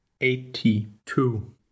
Eighty-two